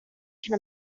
can